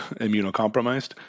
immunocompromised